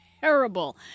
terrible